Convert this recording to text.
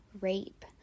rape